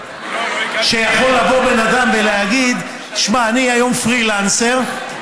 יכול לבוא בן אדם ולהגיד: אני היום פרילנסר,